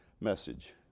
message